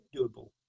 doable